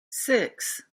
six